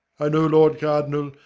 i know, lord cardinal,